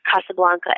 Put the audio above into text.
Casablanca